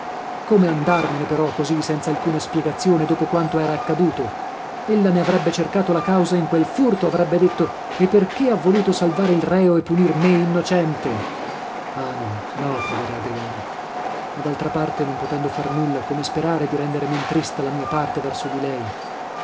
come andarmene però così senzalcuna spiegazione dopo quanto era accaduto ella ne avrebbe cercato la causa in quel furto avrebbe detto e perché ha voluto salvare il reo e punir me innocente ah no no povera adriana ma daltra parte non potendo far nulla come sperare di rendere men trista la mia parte verso di lei